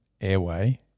airway